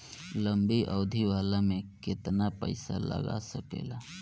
लंबी अवधि वाला में केतना पइसा लगा सकिले?